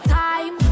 time